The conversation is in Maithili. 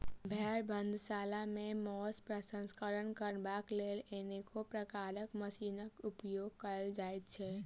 भेंड़ बधशाला मे मौंस प्रसंस्करण करबाक लेल अनेको प्रकारक मशीनक उपयोग कयल जाइत छै